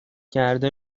کرده